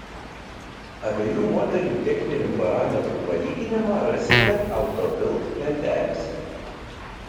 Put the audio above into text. abiejų modelių techninių parametrų palyginimą rasite auto bild lentelėse